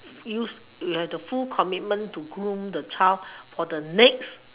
use you have the full commitment to groom the child for the next